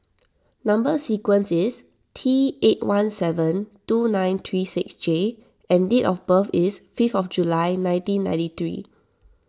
Number Sequence is T eight one seven two nine three six J and date of birth is five July nineteen ninety three